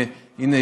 הינה,